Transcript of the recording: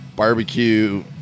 barbecue